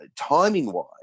timing-wise